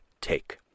take